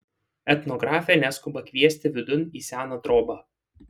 etnografė neskuba kviesti vidun į seną trobą